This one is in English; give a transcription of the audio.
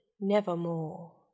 nevermore